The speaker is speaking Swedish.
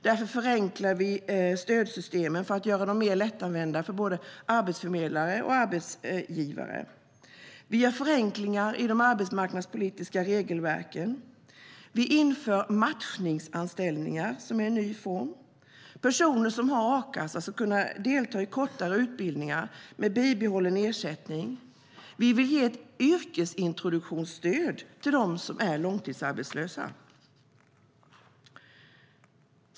Därför förenklar vi stödsystemen för att göra dem mer lättanvända för både arbetsförmedlare och arbetsgivare. Vi har förenklingar i de arbetsmarknadspolitiska regelverken. Vi inför matchningsanställningar, som är en ny anställningsform. Personer som har a-kassa ska kunna delta i kortare utbildningar med bibehållen ersättning. Vi vill ge ett yrkesintroduktionsstöd till dem som är långtidsarbetslösa.